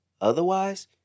Otherwise